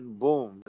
boom